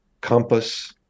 Compass